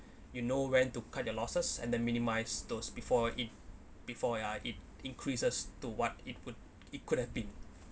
you know when to cut your losses and the minimise those before it before ya it increases to what it could it could have been